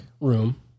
room